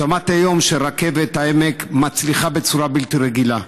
שמעתי היום שרכבת העמק מצליחה בצורה בלתי רגילה.